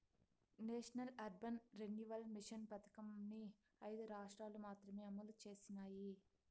national urban renewal mission పథకంని ఐదు రాష్ట్రాలు మాత్రమే అమలు చేసినాయి